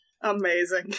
Amazing